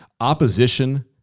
opposition